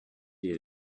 you